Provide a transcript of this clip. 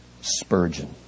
Spurgeon